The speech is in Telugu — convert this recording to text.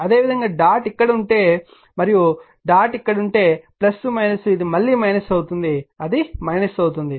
అదేవిధంగా డాట్ ఇక్కడ ఉంటే మరియు డాట్ ఇక్కడ ఉంటే ఇది మళ్ళీ అవుతుంది అది అవుతుంది